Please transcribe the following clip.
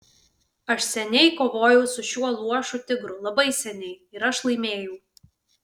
aš seniai kovojau su šiuo luošu tigru labai seniai ir aš laimėjau